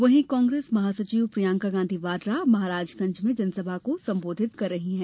वहीं कांग्रेस महासचिव प्रियंका गांधी वाड्रा महाराजगंज में जनसभा को संबोधित कर रही है